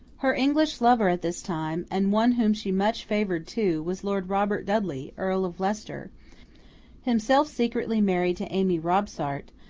her english lover at this time, and one whom she much favoured too, was lord robert dudley, earl of leicester himself secretly married to amy robsart,